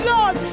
Lord